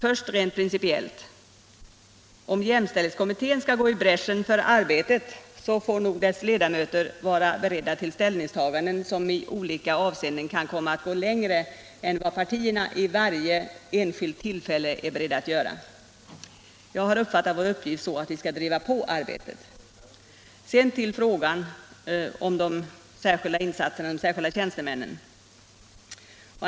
Först rent principiellt: Om jämställdhetskommittén skall gå i bräschen för arbetet, så får nog dess ledamöter vara beredda till ställningstaganden som i olika avseenden kan komma att gå längre än vad partierna vid varje enskilt tillfälle är beredda att göra. Jag har uppfattat vår uppgift så att vi skall driva på arbetet. Sedan till själva frågan om särskilda insatser inom arbetsförmedlingen för kvinnor.